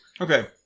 Okay